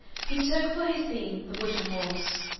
he took for his theme the wooden horse,